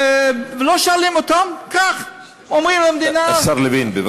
ולא שואלים אותם, קח, אומרים למדינה, השר לוין.